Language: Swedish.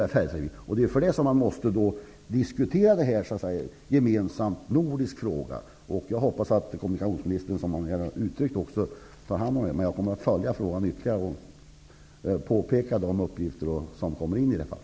Det är därför som vi måste diskutera denna gemensamma nordiska fråga. Jag hoppas att kommunikationsministern, vilket han här har gett uttryck för, tar hand om detta. Jag kommer att följa frågan ytterligare och peka på de uppgifter som inkommer i detta fall.